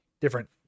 different